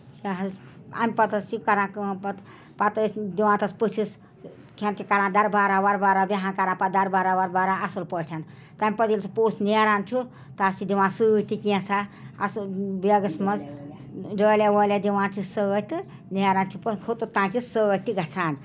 کیٛاہ حظ اَمہِ پَتہٕ حظ چھِ کران کٲم پَتہٕ پَتہٕ ٲسۍ دِوان تَس پٔژھِس کران دربارا وربارا بیٚہان کران پَتہٕ دربارا وربارا اَصٕل پٲٹھۍ تَمہِ پَتہٕ ییٚلہِ سُہ پوٚژھ نیران چھُ تَس چھِ دِوان سۭتۍ تہِ کینٛژاہ اَصٕل بیگَس منٛز ڈٲلیٛا وٲلیٛا دِوان چھِس سۭتۍ تہٕ نیران چھُ پَتہٕ ہُتَتھ تام چھِس سۭتۍ تہِ چھِ گژھان